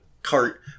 cart